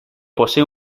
posee